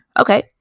Okay